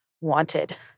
wanted